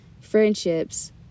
friendships